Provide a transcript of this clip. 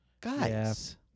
guys